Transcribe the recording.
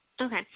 Okay